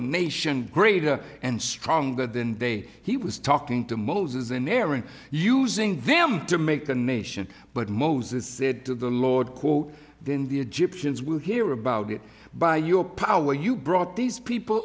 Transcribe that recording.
nation greater and stronger than day he was talking to moses and aaron using them to make a nation but moses said to the lord quote then the egyptians will hear about it by your power you brought these people